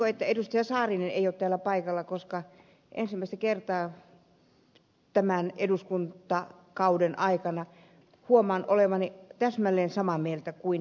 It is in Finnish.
saarinen ei ole täällä paikalla koska ensimmäistä kertaa tämän eduskuntakauden aikana huomaan olevani täsmälleen samaa mieltä kuin hän